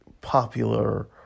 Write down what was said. popular